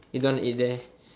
you don't want to eat there